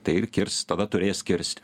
tai ir kirs tada turės kirsti